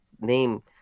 name